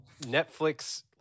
Netflix